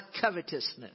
covetousness